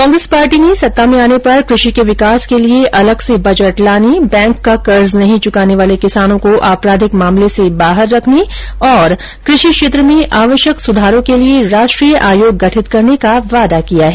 कांग्रेस ने सत्ता में आने पर कृषि के विकास के लिए अलग से बजट लाने बैंक का कर्ज नहीं चुकाने वाले किसानों को आपराधिक मामले से बाहर रखने तथा कृषि क्षेत्र में आवश्यक सुधारों के लिए राष्ट्रीय आयोग गठित करने का वादा किया है